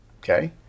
Okay